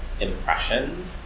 impressions